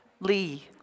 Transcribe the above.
Lee